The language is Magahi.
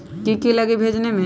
की की लगी भेजने में?